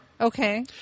Okay